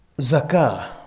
zakah